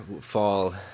fall